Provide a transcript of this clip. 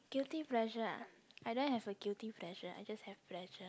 guilty pleasure ah I don't have a guilty pleasure I just have pleasure